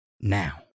Now